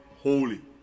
holy